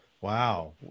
Wow